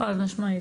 חד משמעית.